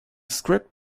script